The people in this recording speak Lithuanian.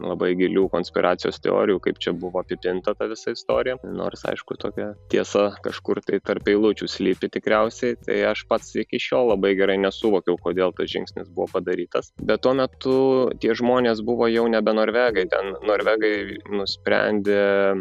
labai gilių konspiracijos teorijų kaip čia buvo apipinta ta visa istorija nors aišku tokia tiesa kažkur tai tarp eilučių slypi tikriausiai tai aš pats iki šiol labai gerai nesuvokiau kodėl tas žingsnis buvo padarytas bet tuo metu tie žmonės buvo jau nebe norvegai ten norvegai nusprendė